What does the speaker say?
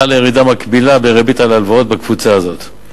חלה ירידה מקבילה בריבית על ההלוואות בקבוצה הזאת.